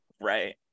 right